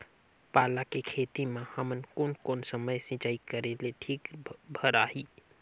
पाला के खेती मां हमन कोन कोन समय सिंचाई करेले ठीक भराही?